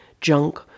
junk